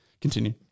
Continue